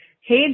Hey